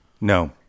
No